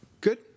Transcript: Good